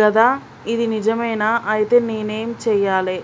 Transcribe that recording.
గదా ఇది నిజమేనా? ఐతే నేనేం చేయాలే?